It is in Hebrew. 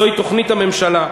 זוהי תוכנית הממשלה.